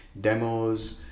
demos